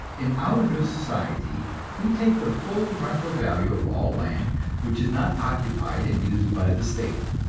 in our new society we take the full rental value of all land which is not occupied and used by the state.